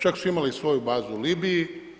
Čak su imali i svoju bazu u Libiji.